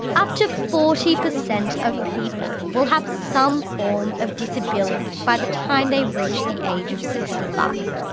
up to forty percent of people will have some form of disability by the time they reach the age of sixty five.